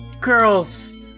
girls